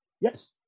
Yes